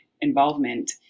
involvement